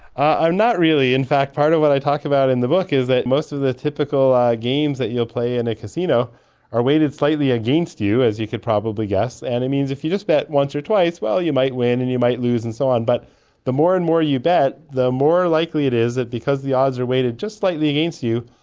i'm not really. in fact, part of what i talk about in the book is that most of the typical games that you'll play in a casino are weighted slightly against you, as you could probably guess, and it means if you just bet once or twice you might win and you might lose, and so but the more and more you bet, the more likely it is that because the odds are weighted just slightly against you,